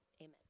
amen